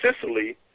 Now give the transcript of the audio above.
Sicily